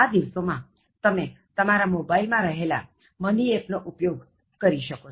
આ દિવસો માં તમે તમારા મોબાઇલ માં રહેલા મનિ ઍપ નો ઉપયોગ કરી શકો